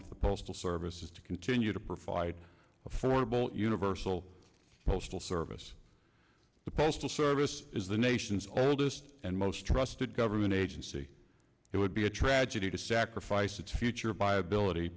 of the postal service is to continue to provide affordable universal postal service the postal service is the nation's oldest and most trusted government agency it would be a tragedy to sacrifice its future by ability